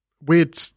weird